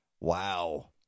Wow